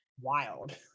Wild